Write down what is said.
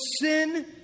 sin